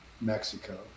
mexico